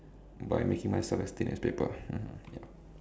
by making myself as thin as paper mmhmm yup